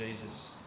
Jesus